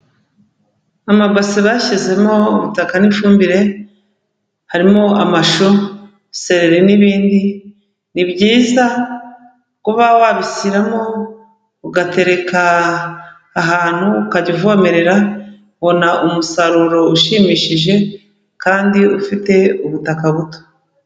Amabasi bashyizemo ubutaka n'ifumbire harimo amashu, sereri n'ibindi, ni byiza kuba wabishyiramo ugatereka ahantu ukajya uvomerera, ubona umusaruro ushimishije kandi ufite ubutaka buto.